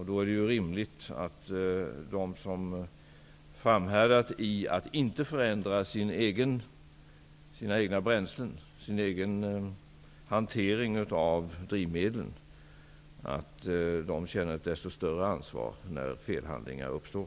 Då är det rimligt att de som framhärdat i att inte förändra sina egna bränslen, sin egen hantering av drivmedlen känner desto större ansvar när felhandlingar uppstår.